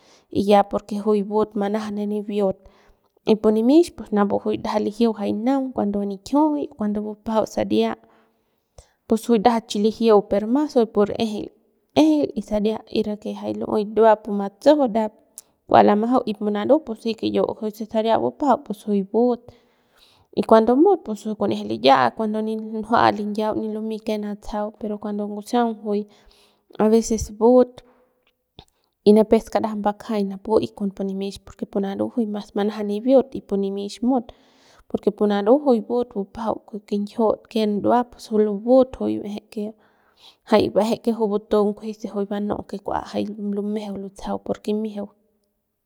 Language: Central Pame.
Y ya porque juy but manaja ne nibiut y pu nimix pus juy es ndajap lijiu jay na'aung cuando nikjiuy o cuando bupajau saria pus juy ndajap chi lijiu per mas juy pur ejeil ejeil y saria y rake jay lu'uy ndua puma tsiju ndajap kua lamajau y pu naru pus jiuk kiyiu se saria bupajau pus juy but y cuando mut pus juy kun'ieje liya y cuando njiua liya'au nin lumey ken natsajau pero cuando ngusaung juy a veces but y nipep skarajay mbukjay napu y con pu nimix porque pu naru juy mas manaja nibiut y pu nimix mut porque pu naru juy but bupajau kujuy kinjiut ken ndua pus juy lubut juy baeje que jay baeje que juy butung kujui se juy banu'u ke kua jay lumejeu lutsajau por kimijiu.